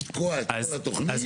לתקוע את כל התוכנית,